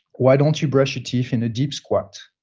why don't you brush your teeth in a deep squat,